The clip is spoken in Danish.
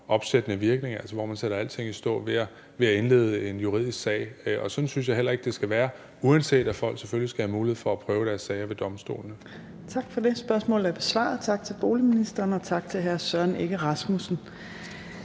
opsættende virkning, altså hvor man sætter alting i stå ved at indlede en juridisk sag. Og sådan synes jeg heller ikke det skal være, uanset at folk selvfølgelig skal have mulighed for at få prøvet deres sager ved domstolene. Kl. 14:34 Fjerde næstformand (Trine Torp): Tak for det. Spørgsmålet er besvaret. Tak til boligministeren, og tak til hr. Søren Egge Rasmussen.